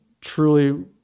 truly